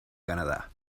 canadá